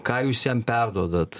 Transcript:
ką jūs jam perduodat